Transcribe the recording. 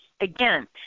again